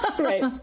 Right